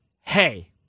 Hey